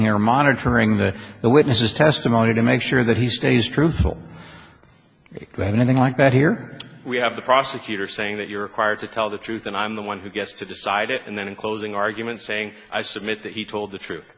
here monitoring the witness's testimony to make sure that he stays truthful than anything like that here we have the prosecutor saying that you're acquired to tell the truth and i'm the one who gets to decide it and then in closing argument saying i submit that he told the truth